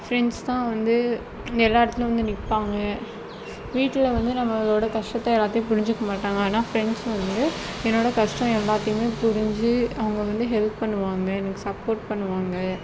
friends தான் வந்து எல்லா இடத்துலயும் வந்து நிற்பாங்க வீட்டில் வந்து நம்பளோடய கஷ்டத்தை எல்லாத்தையும் புரிஞ்சிக்க மாட்டாங்க ஆனால் ஃப்ரெண்ட்ஸ் வந்து என்னோட கஷ்டம் எல்லாத்தையுமே புரிஞ்சு அவங்க வந்து ஹெல்ப் பண்ணுவாங்க எனக்கு சப்போர்ட் பண்ணுவாங்க